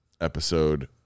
Episode